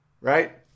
right